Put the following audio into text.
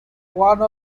one